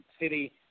city